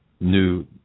new